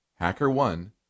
HackerOne